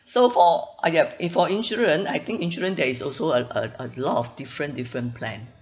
so for I got in for insurance I think insurance there is also a a a lot of different different plan